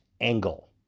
angle